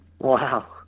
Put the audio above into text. Wow